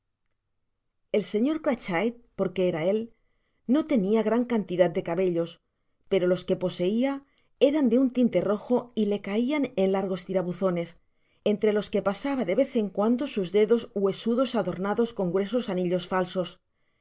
el señor crachit porque era él no tenia gran cantidad de cabellos pero los que poseia eran de un tinte rojo y le caian en largos tirabuzones entre los que pasaba de vez en cuando sus dedos huesosos adornados con gruesos anillos falsos era